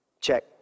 Check